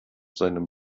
seinem